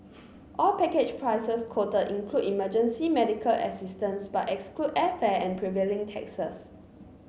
all package prices quoted include emergency medical assistance but exclude airfare and prevailing taxes